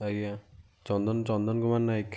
ଆଜ୍ଞା ଚନ୍ଦନ ଚନ୍ଦନ କୁମାର ନାୟକ